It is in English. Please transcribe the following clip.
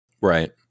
Right